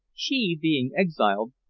she being exiled,